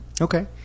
Okay